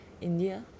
India